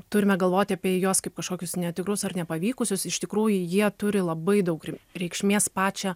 turime galvoti apie juos kaip kažkokius netikrus ar nepavykusius iš tikrųjų jie turi labai daug reikšmės pačią